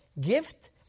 gift